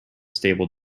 stable